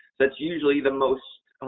that's usually the most